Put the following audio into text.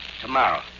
tomorrow